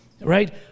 Right